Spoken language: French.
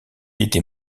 était